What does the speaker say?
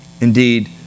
Indeed